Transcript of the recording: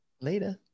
Later